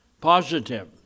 positive